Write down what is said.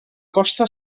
costa